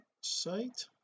site